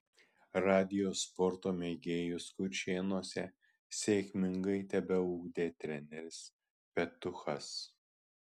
radijo sporto mėgėjus kuršėnuose sėkmingai tebeugdė treneris petuchas